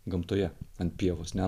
gamtoje ant pievos ne